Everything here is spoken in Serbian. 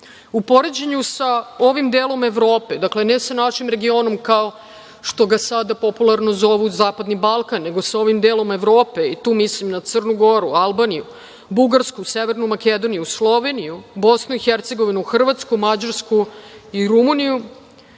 poređenju sa ovim delom Evrope, dakle, ne sa našim regionom, kao što ga sada popularno zovu Zapadni Balkan, nego sa ovim delom Evrope, tu mislim na Crnu Goru, Albaniju, Bugarsku, Severnu Makedoniju, Sloveniju, Bosnu i Hercegovinu, Hrvatsku, Mađarsku i Rumuniju,